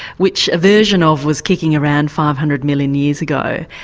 which a version of was kicking around five hundred million years ago.